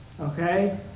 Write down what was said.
Okay